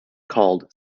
called